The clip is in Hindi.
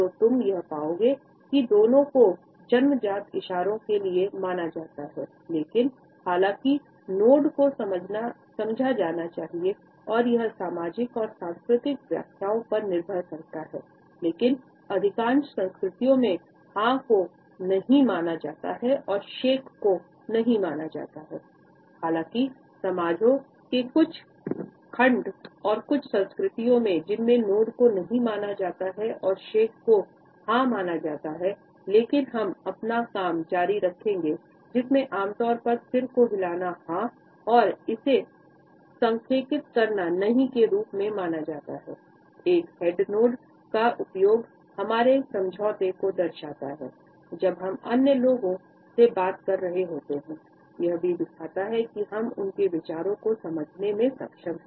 तो तुम यह पाएंगे कि दोनों को जन्मजात इशारों के लिए माना जाता है लेकिन हालाँकि नोड को समझा जाना चाहिए और यह सामाजिक और सांस्कृतिक व्याख्याओं पर निर्भर करता है लेकिन अधिकांश संस्कृतियों में हाँ को नहीं माना जाता है और शेक को नहीं माना जाता हालाँकि समाजों के कुछ खंड और कुछ संस्कृतियाँ हैं जिनमें नोड को नहीं माना जाता है और शेक को हां माना जाता है लेकिन हम अपना काम जारी रखेंगे जिसमे आम तौर पर सर को हिलाना हाँ और इसे संरेखित करना नहीं के रूप में माना जाता है एक हेड नोड का उपयोग हमारे समझौते को दर्शाता है जब हम अन्य लोगों से बात कर रहे होते हैं यह भी दिखाते हैं कि हम उनके विचारों को समझने में सक्षम हैं